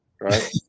right